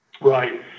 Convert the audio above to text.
Right